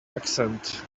accent